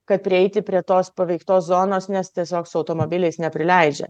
kad prieiti prie tos paveiktos zonos nes tiesiog su automobiliais neprileidžia